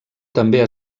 també